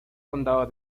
condado